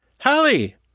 Hallie